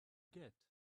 get